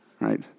right